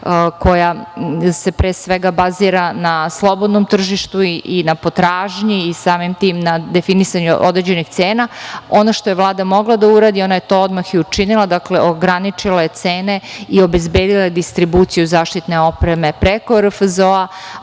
koja se, pre svega bazira na slobodnom tržištu i na potražnji i samim tim na definisanju određenih cena. Ono što je Vlada mogla da uradi ona je to odmah i učinila, dakle ograničila je cene i obezbedila je distribuciju zaštitne opreme preko RFZO-a,